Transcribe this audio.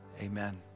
amen